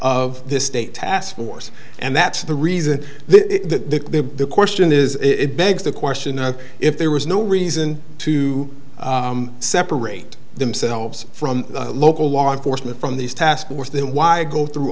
of the state task force and that's the reason that the question is it begs the question of if there was no reason to separate themselves from local law enforcement from these task force then why go through